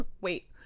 wait